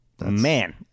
Man